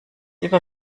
über